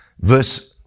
Verse